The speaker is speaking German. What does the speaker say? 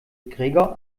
gregor